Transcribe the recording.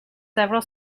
several